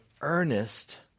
earnest